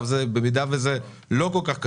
במידה וזה לא כל כך קשור,